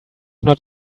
not